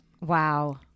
Wow